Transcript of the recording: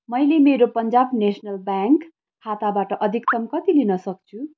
मैले मेरो Punjab national bank खाताबाट अधिकतम कति लिन सक्छु